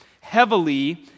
heavily